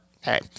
hey